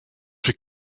czy